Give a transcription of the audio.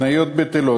תניות בטלות,